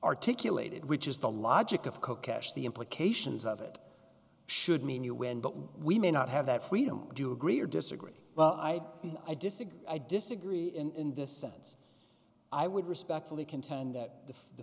articulated which is the logic of coke cashed the implications of it should mean you when button we may not have that freedom do agree or disagree well i i disagree i disagree in in this sense i would respectfully contend that the